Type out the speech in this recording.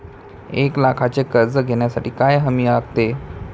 एक लाखाचे कर्ज घेण्यासाठी काय हमी लागते?